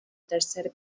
tercer